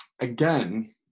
again